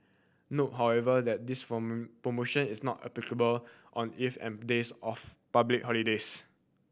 note however that this form promotion is not applicable on eve and days of public holidays